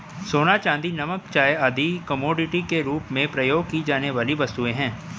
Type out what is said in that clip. सोना, चांदी, नमक, चाय आदि कमोडिटी के रूप में प्रयोग की जाने वाली वस्तुएँ हैं